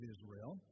Israel